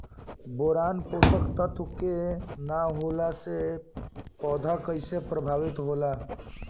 Boron पोषक तत्व के न होला से पौधा कईसे प्रभावित होला?